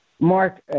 Mark